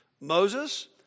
Moses